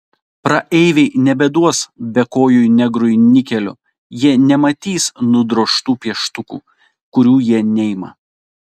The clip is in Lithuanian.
praeiviai nebeduos bekojui negrui nikelių jie nematys nudrožtų pieštukų kurių jie neima